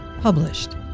published